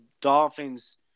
Dolphins